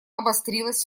обострилась